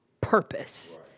purpose